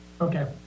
Okay